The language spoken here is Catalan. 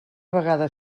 vegada